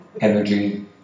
energy